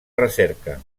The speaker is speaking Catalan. recerca